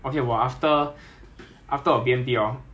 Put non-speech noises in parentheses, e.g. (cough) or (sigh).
(coughs) then but then after that 我去 Gedong